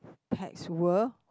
pet's world